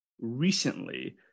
recently